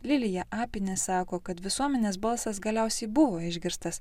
lilija apinė sako kad visuomenės balsas galiausiai buvo išgirstas